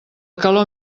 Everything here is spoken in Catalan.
calor